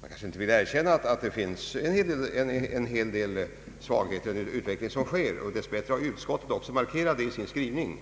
Man vill inte gärna erkänna att det finns en hel del svagheter i den utveckling som sker. Dess bättre har utskoitet också markerat detta i sin skrivning.